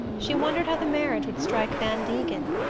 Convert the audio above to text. she wondered how the marriage would strike van degen.